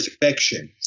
perfection